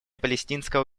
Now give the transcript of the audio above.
палестинского